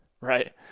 right